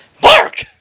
BARK